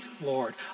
Lord